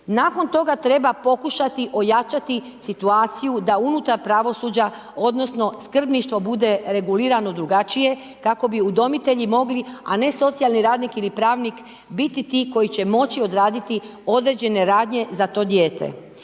Nakon toga treba pokušati situaciju da unutar pravosuđa odnosno skrbništvo bude regulirano drugačije, kako bi udomitelji mogli, a ne socijalni radnik ili pravnik biti ti koji će moći odraditi određene radnje za to dijete.